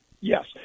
yes